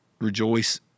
rejoice